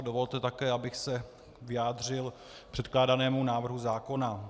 Dovolte také, abych se vyjádřil k předkládanému návrhu zákona.